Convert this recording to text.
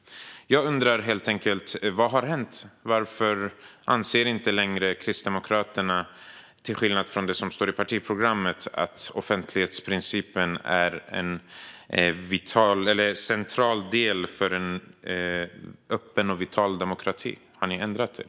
Jag undrar helt enkelt: Vad har hänt? Varför anser inte längre Kristdemokraterna, till skillnad från det som står i partiprogrammet, att offentlighetsprincipen är central för en öppen och vital demokrati? Har ni ändrat er?